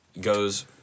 goes